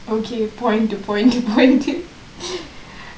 okay point point point